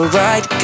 right